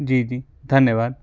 जी जी धन्यवाद